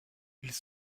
ils